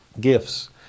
gifts